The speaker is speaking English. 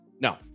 No